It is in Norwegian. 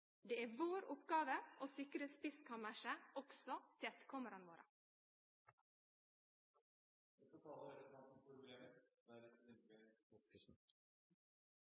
Det er vår oppgåve å sikre spiskammerset også til etterkomarane våre. For oss i Arbeidarpartiet er det